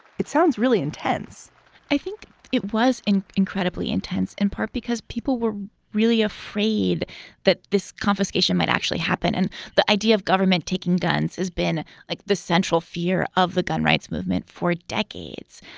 it sounds really intense i think it was an incredibly intense in part because people were really afraid that this confiscation might actually happen. and the idea of government taking guns has been like the central fear of the gun rights movement for decades.